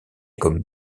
comme